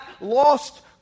lost